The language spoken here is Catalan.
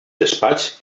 despatx